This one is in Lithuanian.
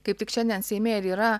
kaip tik šiandien seime ir yra